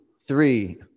three